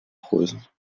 prose